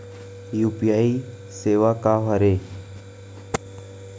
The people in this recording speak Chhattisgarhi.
यू.पी.आई सेवा का हरे?